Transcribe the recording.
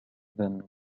than